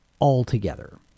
altogether